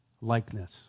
likeness